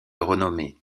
renommée